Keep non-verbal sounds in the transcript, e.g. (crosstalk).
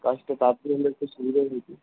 কাজটা তাড়াতাড়ি হলে একটু সুবিধা (unintelligible)